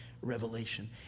revelation